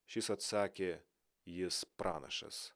šis atsakė jis pranašas